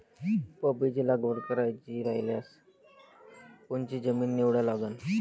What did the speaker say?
पपईची लागवड करायची रायल्यास कोनची जमीन निवडा लागन?